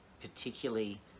particularly